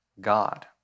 God